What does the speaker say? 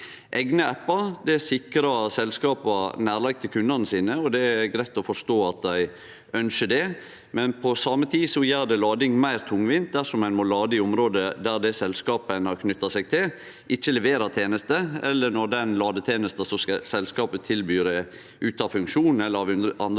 Eigne appar sikrar selskapa nærleik til kundane sine, og det er greitt å forstå at dei ønskjer det. På same tid gjer det lading meir tungvint dersom ein må lade i område der det selskapet ein har knytt seg til, ikkje leverer tenester, eller når ladetenesta som selskapet tilbyr, er ute av funksjon eller av andre grunnar